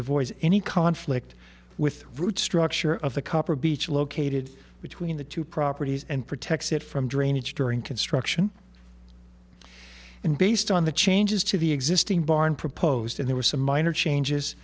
avoids any conflict with the root structure of the copper beech located between the two properties and protects it from drainage during construction and based on the changes to the existing barn proposed in there were some minor changes